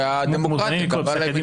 קודם כול, אתם מוזמנים לקרוא את פסק הדין.